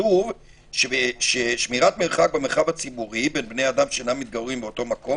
כתוב ששמירת מרחק במרחב הציבורי בין בני אדם שאינם מתגוררים באותו מקום